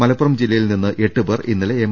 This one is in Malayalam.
മലപ്പുറം ജില്ലയിൽ നിന്ന് എട്ടുപേർ ഇന്നലെ എം